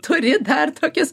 turi dar tokias